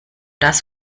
das